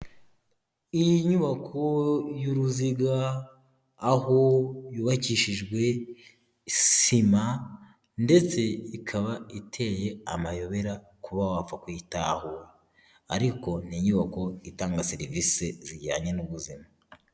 Iyi nyubako y'uruziga aho yubakishijwe isima ndetse ikaba iteye amayobera kuba wapfa kuyitahura ariko n'inyubako itanga serivisi zijyanye n'ubuzima.